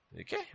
Okay